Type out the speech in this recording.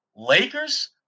Lakers